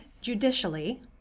judicially